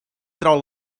trau